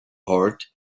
heart